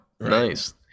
Nice